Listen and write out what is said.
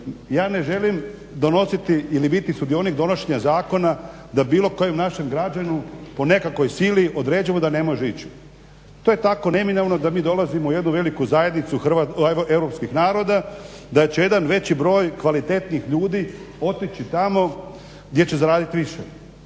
ja ne želim donositi ili biti sudionik zakona da bilo kojem našem građaninu po nekakvoj sili određujemo da ne može ići. To je tako neminovno da mi dolazimo u jednu veliku zajednicu europskih naroda, da će jedan veći broj kvalitetnih ljudi otići tamo gdje će zaraditi više.